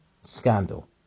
Scandal